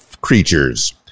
creatures